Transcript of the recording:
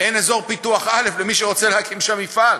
אין אזור פיתוח א' למי שרוצה להקים שם מפעל?